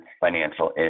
financial